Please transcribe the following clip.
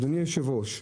אדוני היושב-ראש,